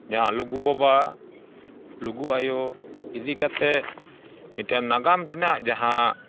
ᱡᱟᱦᱟᱸ ᱞᱩᱜᱩᱵᱟᱵᱟ ᱞᱩᱜᱩᱟᱭᱳ ᱤᱫᱤᱠᱟᱛᱮ ᱢᱤᱫᱴᱮᱱ ᱱᱟᱜᱟᱢ ᱨᱮᱱᱟᱜ ᱡᱟᱦᱟᱸ